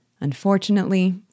Unfortunately